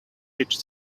each